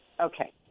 Okay